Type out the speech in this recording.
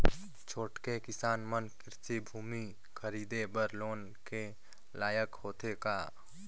छोटके किसान मन कृषि भूमि खरीदे बर लोन के लायक होथे का?